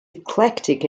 eclectic